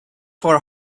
for